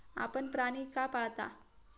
आपण प्राणी का पाळता?